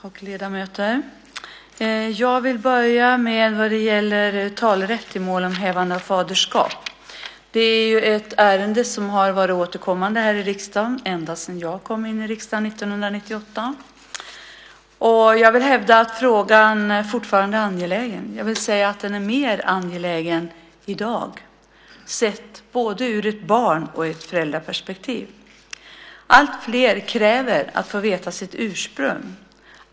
Fru talman! Ledamöter! Jag vill börja med att ta upp frågan om talerätt i mål om hävande av faderskap. Det är ett ärende som varit återkommande ända sedan jag kom in i riksdagen 1998. Jag vill hävda att frågan fortfarande är angelägen. Den är faktiskt mer angelägen i dag både i ett barn och ett föräldraperspektiv. Alltfler människor kräver att få veta sitt ursprung.